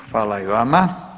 Hvala i vama.